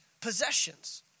possessions